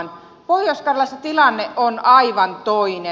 pohjois karjalassa tilanne on aivan toinen